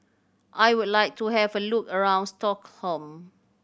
I would like to have a look around Stockholm